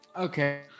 Okay